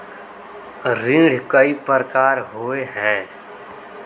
ऋण कई प्रकार होए है?